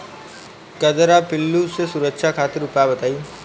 कजरा पिल्लू से सुरक्षा खातिर उपाय बताई?